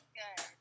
good